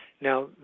Now